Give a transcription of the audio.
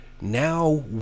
now